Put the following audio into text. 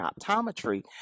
optometry